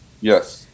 Yes